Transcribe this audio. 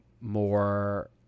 more